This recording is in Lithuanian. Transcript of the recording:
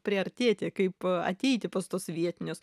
priartėti kaip ateiti pas tuos vietinius